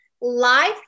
life